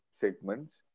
segments